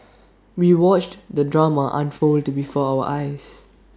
we watched the drama unfold before our eyes